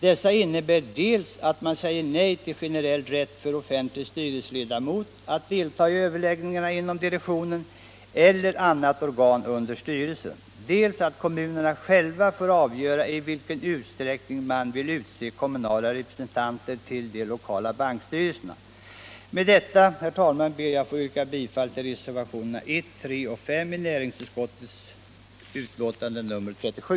Dessa reservationer innebär dels att man säger nej till generell rätt för offentlig styrelseledamot att delta i överläggningarna inom direktionen eller annat organ under styrelsen, dels att kommunerna själva får avgöra i vilken utsträckning de vill utse kommunala representanter till de lokala bankstyrelserna. Med detta, herr talman, ber jag att få yrka bifall till reservationerna 1, 3 och 5 vid näringsutskottets betänkande nr 37.